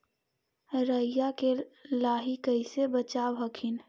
राईया के लाहि कैसे बचाब हखिन?